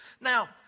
Now